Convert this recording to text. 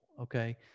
Okay